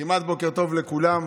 כמעט בוקר טוב לכולם.